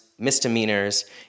misdemeanors